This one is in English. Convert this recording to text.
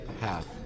half